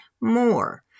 more